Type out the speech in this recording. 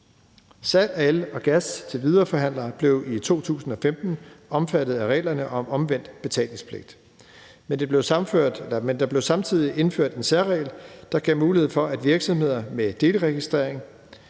af el og gas til videreforhandlere blev i 2015 omfattet af reglerne om omvendt betalingspligt. Men der blev samtidig indført en særregel, der gav mulighed for, at virksomheder med delregistrering,